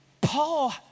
Paul